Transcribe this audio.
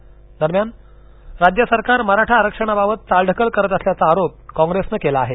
दरम्यान राज्य सरकार मराठा आरक्षणाबाबत चालढकल करत असल्याचां आरोप कौंग्रेसनं केला आहे